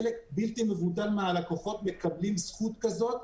חלק בלתי מבוטל מהלקוחות מקבלים זכות כזאת,